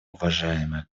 уважаемые